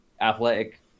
athletic